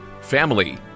family